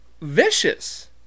Vicious